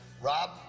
Rob